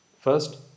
First